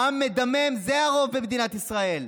העם מדמם, זה הרוב במדינת ישראל.